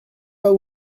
pas